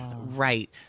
right